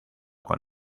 con